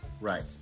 Right